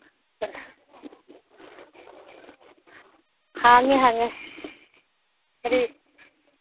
ꯍꯥꯡꯉꯤ ꯍꯥꯡꯉꯤ ꯀꯔꯤ